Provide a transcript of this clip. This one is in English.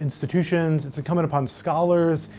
institutions, it's incumbent upon scholars,